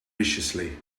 viciously